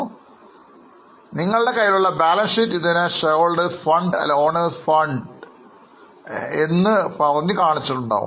അതിനാൽ നിങ്ങളുടെ കൈയിലുള്ള ബാലൻസ് ഷീറ്റ് ഇതിനെ ഷെയർ ഹോൾഡേഴ്സ് ഫണ്ട് അല്ലെങ്കിൽ ഓണർ ഫണ്ട് എന്നു പറഞ്ഞു കാണിച്ചിട്ട് ഉണ്ടാകും